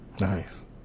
nice